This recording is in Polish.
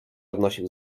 odnosił